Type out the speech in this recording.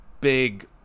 big